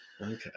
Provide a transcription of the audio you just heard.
Okay